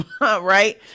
right